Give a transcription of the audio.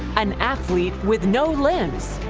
an athlete with no limbs.